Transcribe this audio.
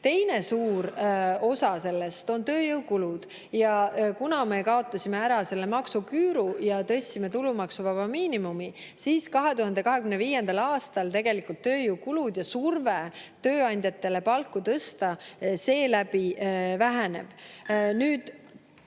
Teine suur osa sellest on tööjõukulud. Kuna me kaotasime ära maksuküüru ja tõstsime tulumaksuvaba miinimumi, siis 2025. aastal tegelikult tööjõukulud ja surve tööandjatele palku tõsta seeläbi vähenevad.